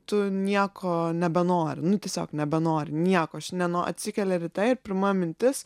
tu nieko nebenori nu tiesiog nebenori nieko aš neno atsikeli ryte ir pirma mintis